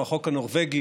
לקואליציה הנוכחית